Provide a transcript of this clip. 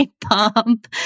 pump